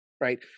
right